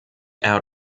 out